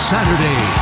Saturday